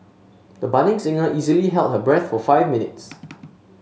the budding singer easily held her breath for five minutes